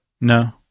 No